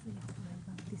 תוכל לתת רקע